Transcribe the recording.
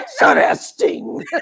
interesting